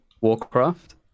Warcraft